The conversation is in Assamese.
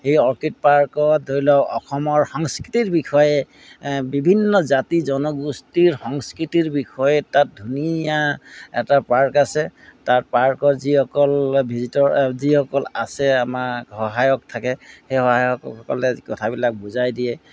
সেই অৰ্কিড পাৰ্কত ধৰি লওক অসমৰ সংস্কৃতিৰ বিষয়ে বিভিন্ন জাতি জনগোষ্ঠীৰ সংস্কৃতিৰ বিষয়ে তাত ধুনীয়া এটা পাৰ্ক আছে তাত পাৰ্কৰ যিসকল ভিজিটৰ যিসকল আছে আমাৰ সহায়ক থাকে সেই সহায়কসকলে কথাবিলাক বুজাই দিয়ে